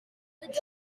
the